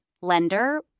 lender